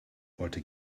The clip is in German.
wollte